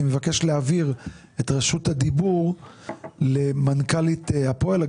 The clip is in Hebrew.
אני מבקש להעביר את רשות הדיבור למנכ"לית הפועל,